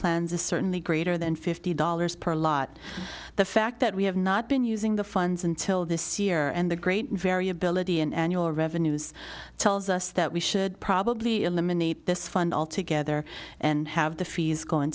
plans is certainly greater than fifty dollars per lot the fact that we have not been using the funds until this year and the great variability in annual revenues tells us that we should probably eliminate this fund altogether and have the fees go in